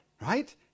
right